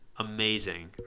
amazing